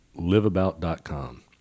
liveabout.com